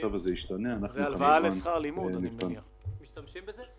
משתמשים בזה?